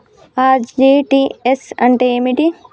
RTGS అంటే ఏమిటి?